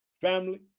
family